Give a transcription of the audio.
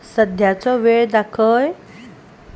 सद्याचो वेळ दाखय